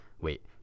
wait